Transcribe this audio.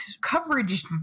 coverage